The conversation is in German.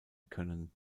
können